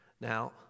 Now